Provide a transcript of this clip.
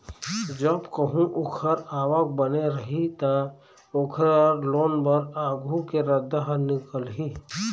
जब कहूँ ओखर आवक बने रही त, ओखर लोन बर आघु के रद्दा ह निकलही